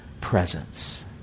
presence